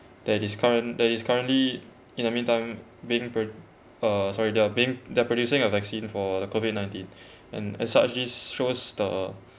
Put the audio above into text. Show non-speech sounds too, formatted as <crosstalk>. that is current that is currently in the meantime being per~ uh sorry they're being they're producing a vaccine for the COVID nineteen <breath> and as such this shows the